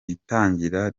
itangira